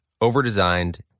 overdesigned